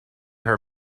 her